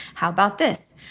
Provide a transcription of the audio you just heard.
how about this?